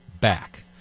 back